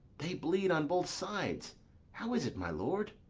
they bleed on both sides how is it, my lord?